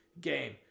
game